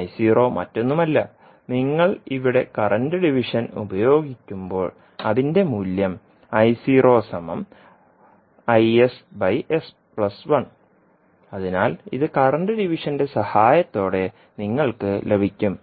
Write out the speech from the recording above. I0 മറ്റൊന്നുമല്ല നിങ്ങൾ ഇവിടെ കറൻറ് ഡിവിഷൻ ഉപയോഗിക്കുമ്പോൾ അതിന്റെ മൂല്യം അതിനാൽ ഇത് കറൻറ് ഡിവിഷന്റെ സഹായത്തോടെ നിങ്ങൾക്ക് ലഭിക്കും